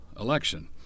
election